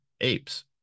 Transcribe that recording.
apes